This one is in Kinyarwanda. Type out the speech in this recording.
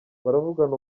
baravugana